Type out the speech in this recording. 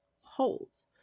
holds